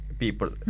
people